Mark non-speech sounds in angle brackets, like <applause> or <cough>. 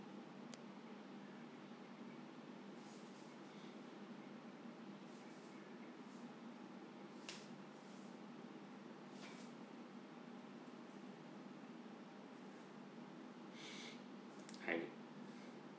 <breath> hang